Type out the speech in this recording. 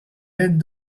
read